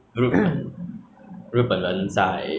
我不懂我应该应该是新加坡人开的